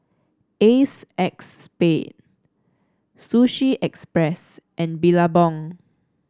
Acexspade Sushi Express and Billabong